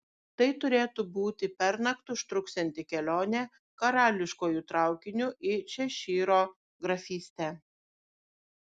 tai turėtų būti pernakt užtruksianti kelionė karališkuoju traukiniu į češyro grafystę